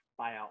buyout